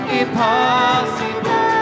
impossible